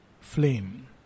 flame